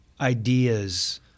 ideas